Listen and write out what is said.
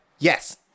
Yes